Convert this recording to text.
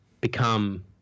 become